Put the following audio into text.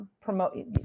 promote